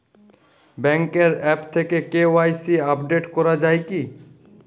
ব্যাঙ্কের আ্যপ থেকে KYC update করা যায় কি?